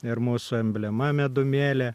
ir mūsų emblema medumėlė